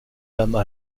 dames